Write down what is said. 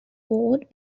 award